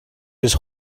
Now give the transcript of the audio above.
his